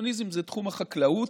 פרוטקציוניזם זה תחום החקלאות.